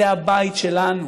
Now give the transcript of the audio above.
זה הבית שלנו.